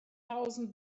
thousand